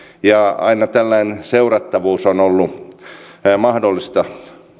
ja aina tällainen seurattavuus on ollut mahdollista